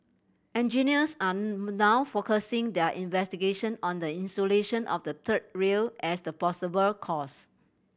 engineers are now focusing their investigation on the insulation of the third rail as the possible cause